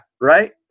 Right